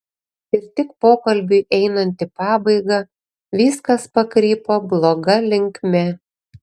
ir tik pokalbiui einant į pabaigą viskas pakrypo bloga linkme